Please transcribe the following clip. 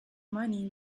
money